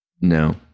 no